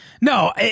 no